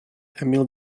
emil